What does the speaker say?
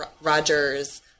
Rogers